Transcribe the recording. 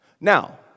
Now